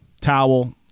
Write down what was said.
Towel